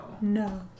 No